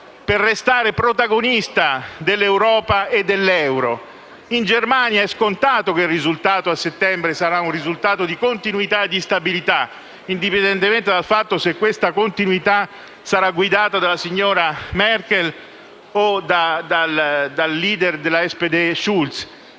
di restare protagonista dell'Europa e dell'euro. In Germania è scontato che il risultato a settembre sarà di continuità e stabilità, indipendentemente dal fatto che questa continuità sarà guidata dalla signora Merkel o dal *leader* della SPD Schulz.